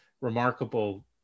remarkable